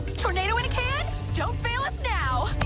tornado when he can don't fail it now